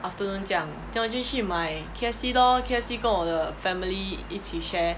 afternoon 这样这样这我自己去买 K_F_C lor K_F_C 跟我的 family 一起 share